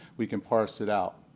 we can parse it out.